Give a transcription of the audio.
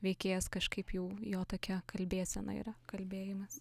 veikėjas kažkaip jau jo tokia kalbėsena yra kalbėjimas